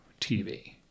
TV